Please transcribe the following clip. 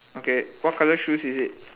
okay what colour shoes is it